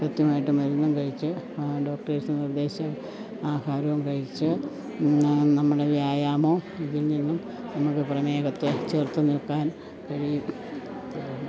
കൃത്യമായിട്ട് മരുന്നും കഴിച്ചു ഡോക്ടേഴ്സ് നിർദ്ദേശിച്ച ആഹാരവും കഴിച്ചു നമ്മുടെ വ്യായാമം ഇതിൽ നിന്നും നമുക്ക് പ്രമേഹത്തെ ചെറുത്തു നിൽക്കാൻ കഴിയും